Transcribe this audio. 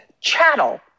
chattel